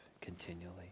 continually